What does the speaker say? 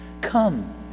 Come